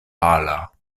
pala